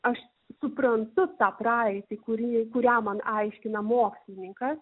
aš suprantu tą praeitį kurį kuria man aiškina mokslininkas